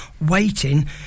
waiting